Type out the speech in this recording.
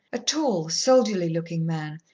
a tall, soldierly-looking man,